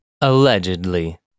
Allegedly